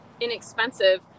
inexpensive